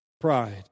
pride